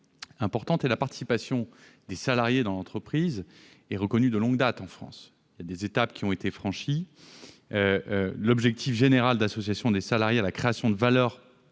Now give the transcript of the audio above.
importante. La participation des salariés dans l'entreprise est reconnue de longue date en France. Des étapes ont été franchies et l'objectif général d'association des salariés à la création de valeur